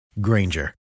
Granger